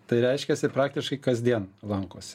tai reiškiasi praktiškai kasdien lankosi